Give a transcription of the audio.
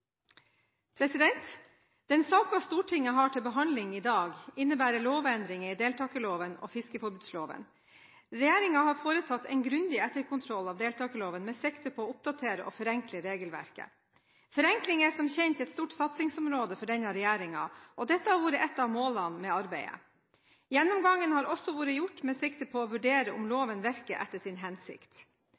omme. Den saken Stortinget har til behandling i dag, innebærer lovendringer i deltakerloven og fiskeriforbudsloven. Regjeringen har foretatt en grundig etterkontroll av deltakerloven med sikte på å oppdatere og forenkle regelverket. Forenkling er som kjent et stort satsingsområde for denne regjeringen, og det har vært et av målene med arbeidet. Gjennomgangen har også vært gjort med sikte på å vurdere om loven virker etter sin hensikt.